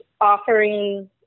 offering